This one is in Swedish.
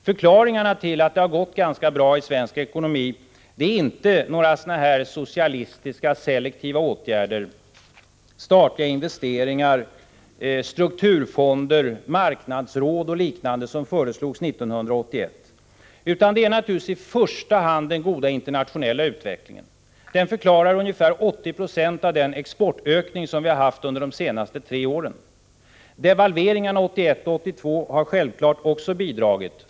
Förklaringarna till att det går ganska bra i svensk ekonomi är inte några socialistiska selektiva åtgärder, statliga investeringar, strukturfonder, marknadsråd eller liknande som föreslogs 1981, utan det är naturligtvis i första hand den goda internationella utvecklingen. Den förklarar ungefär 80 96 av den exportökning som vi har haft under de senaste tre åren. Devalveringarna 1981 och 1982 har självfallet också bidragit.